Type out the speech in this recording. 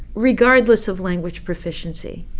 regardless of language proficiency,